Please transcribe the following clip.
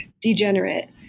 degenerate